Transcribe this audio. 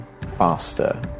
faster